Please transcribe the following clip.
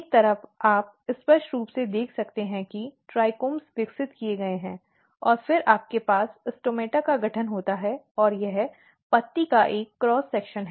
एक तरफ आप स्पष्ट रूप से देख सकते हैं कि ट्राइकोम विकसित किए गए हैं और फिर आपके पास स्टोमेटा का गठन होता है और यह पत्ती का एक क्रॉस सेक्शन है